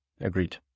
agreed